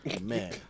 man